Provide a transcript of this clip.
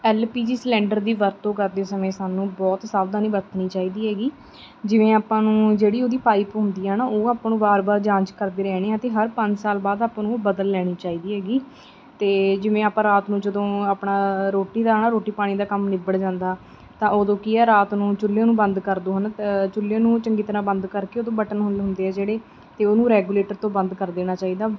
L P G cylinder ਦੀ ਵਰਤੋਂ ਕਰਦੇ ਸਮੇਂ ਸਾਨੂੰ ਬਹੁਤ ਸਾਵਧਾਨੀ ਵਰਤਣੀ ਚਾਹੀਦੀ ਹੈਗੀ ਜਿਵੇਂ ਆਪਾਂ ਨੂੰ ਜਿਹੜੀ ਉਹਦੀ ਪਾਈਪ ਹੁੰਦੀ ਹੈ ਨਾ ਉਹ ਆਪਾਂ ਨੂੰ ਬਾਰ ਬਾਰ ਜਾਂਚ ਕਰਦੇ ਰਹਿੰਦੇ ਹਾਂ ਅਤੇ ਹਰ ਪੰਜ ਸਾਲ ਬਾਅਦ ਆਪਾਂ ਨੂੰ ਉਹ ਬਦਲ ਲੈਣੀ ਚਾਹੀਦੀ ਹੈਗੀ ਅਤੇ ਜਿਵੇਂ ਆਪਾਂ ਰਾਤ ਨੂੰ ਜਦੋਂ ਆਪਣਾ ਰੋਟੀ ਦਾ ਨਾ ਰੋਟੀ ਪਾਣੀ ਦਾ ਕੰਮ ਨਿੱਬੜ ਜਾਂਦਾ ਤਾਂ ਉਦੋਂ ਕੀ ਆ ਰਾਤ ਨੂੰ ਚੁੱਲ੍ਹੇ ਨੂੰ ਬੰਦ ਕਰ ਦਿਓ ਹੈ ਨਾ ਚੁੱਲ੍ਹੇ ਨੂੰ ਚੰਗੀ ਤਰ੍ਹਾਂ ਬੰਦ ਕਰਕੇ ਉਹਦੇ ਬਟਨ ਹੁੰਦੇ ਆ ਜਿਹੜੇ ਅਤੇ ਉਹਨੂੰ ਰੈਗੂਲੇਟਰ ਤੋਂ ਬੰਦ ਕਰ ਦੇਣਾ ਚਾਹੀਦਾ